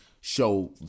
show